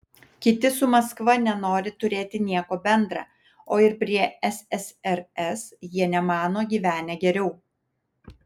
kiti su maskva nenori turėti nieko bendra o ir prie ssrs jie nemano gyvenę geriau